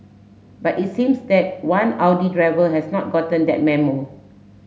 but it seems that one Audi driver has not gotten that memo